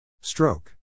Stroke